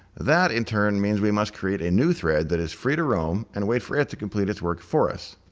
that, in turn, means we must create a new thread that is free to roam and wait for it to complete its work for us.